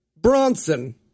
Bronson